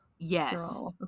yes